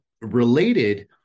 related